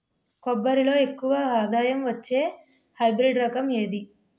కొబ్బరి లో ఎక్కువ ఆదాయం వచ్చే హైబ్రిడ్ రకం ఏది?